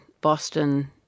Boston